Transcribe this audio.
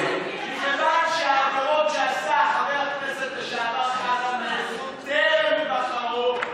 מכיוון שהעבירות שעשה חבר הכנסת לשעבר חזן נעשו טרם היבחרו,